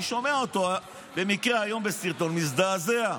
אני שומע אותו במקרה היום בסרטון, מזדעזע.